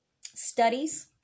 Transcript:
studies